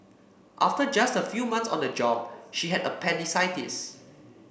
after just a few months on the job she had appendicitis